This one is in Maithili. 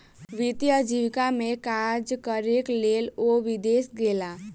वित्तीय आजीविका में काज करैक लेल ओ विदेश गेला